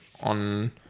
on